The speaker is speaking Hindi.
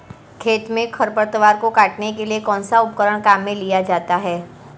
खेत में खरपतवार को काटने के लिए कौनसा उपकरण काम में लिया जाता है?